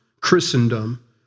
Christendom